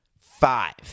Five